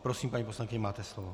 Prosím, paní poslankyně, máte slovo.